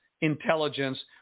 intelligence